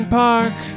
park